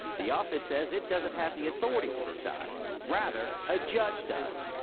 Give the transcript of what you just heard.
the office says it doesn't have the authority to decide, rather a judge does.